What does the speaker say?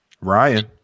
Ryan